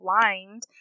blind